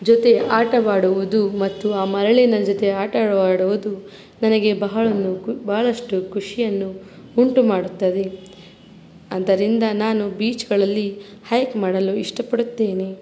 ಜೊತೆ ಆಟವಾಡುವುದು ಮತ್ತು ಆ ಮರಳಿನ ಜೊತೆ ಆಟವಾಡುವುದು ನನಗೆ ಬಹಳ ನೂಕು ಬಹಳಷ್ಟು ಖುಷಿಯನ್ನು ಉಂಟುಮಾಡುತ್ತದೆ ಅದರಿಂದ ನಾನು ಬೀಚ್ಗಳಲ್ಲಿ ಹೈಕ್ ಮಾಡಲು ಇಷ್ಟ ಪಡುತ್ತೇನೆ